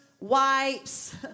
wipes